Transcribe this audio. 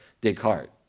Descartes